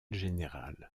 général